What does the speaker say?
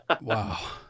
Wow